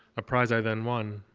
a prize i then won.